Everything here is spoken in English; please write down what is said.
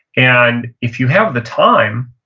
and if you have the time,